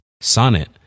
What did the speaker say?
Sonnet